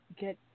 get